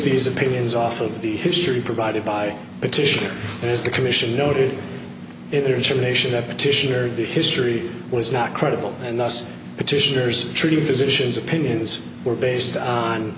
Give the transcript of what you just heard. these opinions off of the history provided by petition and is the commission noted if there is from nation a petition or the history was not credible and thus petitioners treating physicians opinions were based on